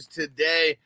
today